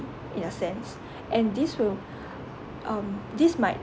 in a sense and this will um this might